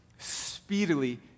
speedily